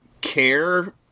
Care